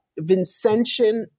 Vincentian